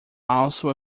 also